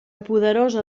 poderosa